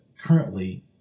currently